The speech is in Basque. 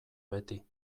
beti